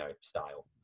style